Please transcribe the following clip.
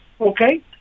Okay